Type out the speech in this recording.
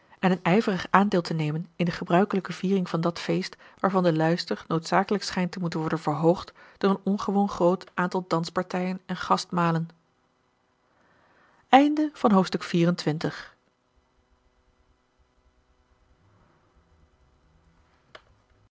en een ijverig aandeel te nemen in de gebruikelijke viering van dat feest waarvan de luister noodzakelijk schijnt te moeten worden verhoogd door een ongewoon groot aantal danspartijen en gastmalen hoofdstuk